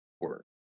work